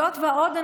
זאת ועוד,